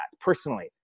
personally